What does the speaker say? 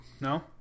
No